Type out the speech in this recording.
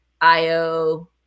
Io